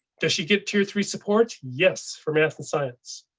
does she get tier three support? yes, for math and science,